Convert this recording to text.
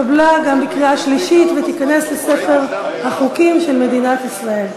התקבלה גם בקריאה שלישית ותיכנס לספר החוקים של מדינת ישראל.